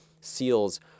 seals